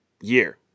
year